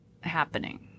happening